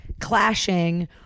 clashing